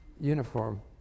uniform